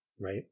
Right